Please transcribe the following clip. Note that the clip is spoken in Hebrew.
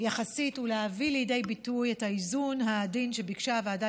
יחסית ולהביא לידי ביטוי את האיזון העדין שביקשה הוועדה